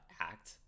act